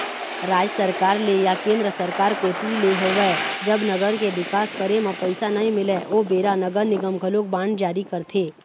राज सरकार ले या केंद्र सरकार कोती ले होवय जब नगर के बिकास करे म पइसा नइ मिलय ओ बेरा नगर निगम घलोक बांड जारी करथे